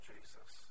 Jesus